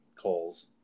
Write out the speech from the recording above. calls